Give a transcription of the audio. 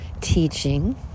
teaching